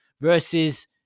versus